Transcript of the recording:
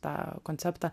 tą konceptą